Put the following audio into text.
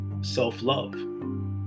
self-love